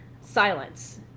Silence